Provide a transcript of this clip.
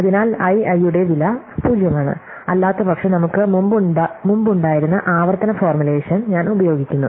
അതിനാൽ i i യുടെ വില 0 ആണ് അല്ലാത്തപക്ഷം നമുക്ക് മുമ്പ് ഉണ്ടായിരുന്ന ആവർത്തന ഫോർമുലേഷൻ ഞാൻ ഉപയോഗിക്കുന്നു